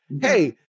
hey